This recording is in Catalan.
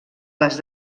les